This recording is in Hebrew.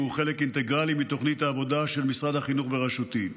והוא חלק אינטגרלי מתוכנית העבודה של משרד החינוך בראשותי.